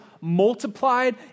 multiplied